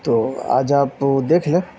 تو آج آپ دیکھ لیں